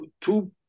two